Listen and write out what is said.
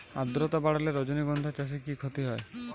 আদ্রর্তা বাড়লে রজনীগন্ধা চাষে কি ক্ষতি হয়?